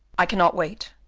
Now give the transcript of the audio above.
i cannot wait,